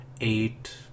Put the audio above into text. eight